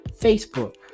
Facebook